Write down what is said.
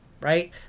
Right